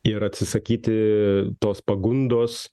ir atsisakyti tos pagundos